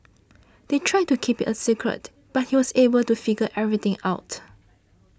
they tried to keep it a secret but he was able to figure everything out